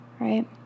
right